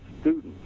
students